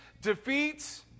defeats